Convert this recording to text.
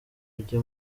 ujya